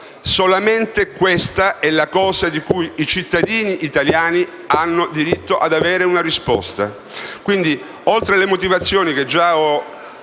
Solo questa è la cosa su cui i cittadini italiani hanno diritto ad avere una risposta. Oltre alle motivazioni che ho